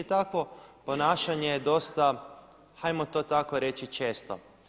Takvo ponašanje je dosta ajmo to tako reći često.